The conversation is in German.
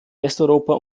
westeuropa